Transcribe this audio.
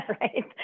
Right